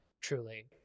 Truly